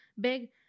big